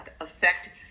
affect